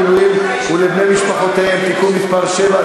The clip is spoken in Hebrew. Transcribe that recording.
מילואים ולבני משפחותיהם (תיקון מס' 7),